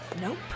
Nope